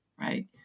right